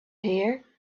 here